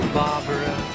barbara